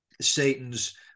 Satan's